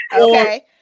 Okay